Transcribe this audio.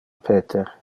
peter